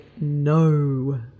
no